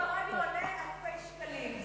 פרסום ברדיו עולה אלפי שקלים,